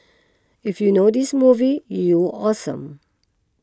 if you know this movie you awesome